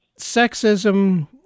sexism